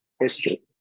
history